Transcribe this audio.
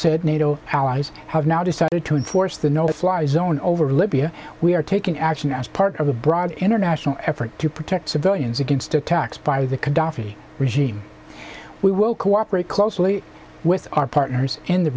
said nato allies have now decided to enforce the no fly zone over libya we are taking action as part of a broader international effort to protect civilians against attacks by the khadafi regime we will cooperate closely with our partners in the